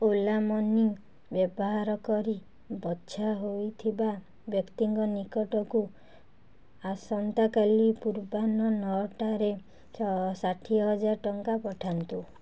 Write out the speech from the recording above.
Ola Money ବ୍ୟବହାର କରି ବଛା ହୋଇଥିବା ବ୍ୟକ୍ତିଙ୍କ ନିକଟକୁ ଆସନ୍ତାକାଲି ପୂର୍ବାହ୍ନ ନଅଟାରେ ଛଅ ଷାଠିଏ ହଜାର ଟଙ୍କା ପଠାନ୍ତୁ